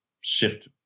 shift